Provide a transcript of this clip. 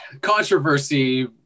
controversy